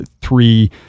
three